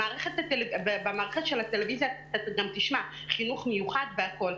במערכת הטלוויזיה אתה גם תשמע: חינוך מיוחד והכול,